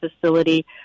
facility